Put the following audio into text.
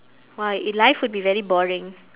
!wah! it life will be very boring